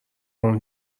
اون